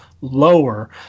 lower